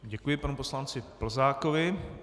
Děkuji panu poslanci Plzákovi.